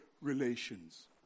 relations